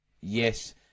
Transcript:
yes